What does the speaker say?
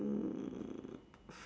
mm